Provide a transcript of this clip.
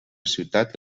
ciutat